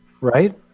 Right